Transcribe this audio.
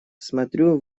смотрю